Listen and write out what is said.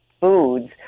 foods